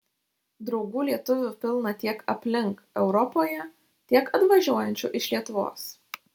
draugų lietuvių pilna tiek aplink europoje tiek atvažiuojančių iš lietuvos